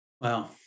Wow